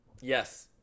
Yes